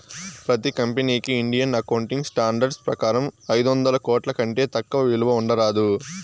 ప్రతి కంపెనీకి Indian accounting standards ప్రకారం ఐదొందల కోట్ల కంటే తక్కువ విలువ ఉండరాదు